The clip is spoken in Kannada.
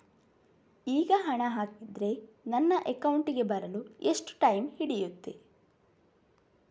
ಈಗ ಹಣ ಹಾಕಿದ್ರೆ ನನ್ನ ಅಕೌಂಟಿಗೆ ಬರಲು ಎಷ್ಟು ಟೈಮ್ ಹಿಡಿಯುತ್ತೆ?